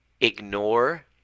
ignore